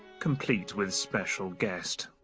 complete with special guest.